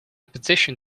petition